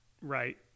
right